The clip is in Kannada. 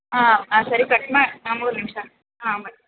ಹಾಂ ಹಾಂ ಸರಿ ಕಟ್ ಮಾ ಹಾಂ ಮೂರು ನಿಮಿಷ ಹಾಂ ಮಾಡಿ